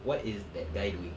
what is that guy doing